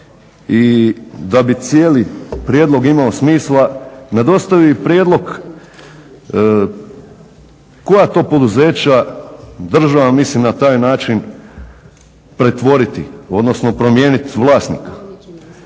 i da bi cijeli prijedlog imao smisla, nedostaje i prijedlog koja to poduzeća državna, mislim na taj način pretvoriti, odnosno promijeniti vlasnika.